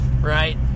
right